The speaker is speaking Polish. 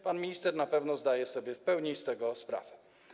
Pan minister na pewno zdaje sobie w pełni z tego sprawę.